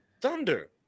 Thunder